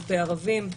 כלפי ערבים.